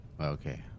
Okay